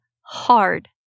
hard